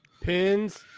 pins